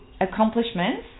accomplishments